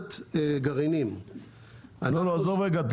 אוניית גרעינים -- עזוב רגע.